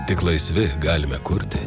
tik laisvi galime kurti